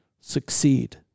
succeed